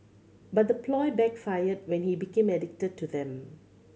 but the ploy backfired when he became addicted to them